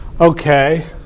okay